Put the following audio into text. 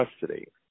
custody